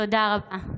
תודה רבה.)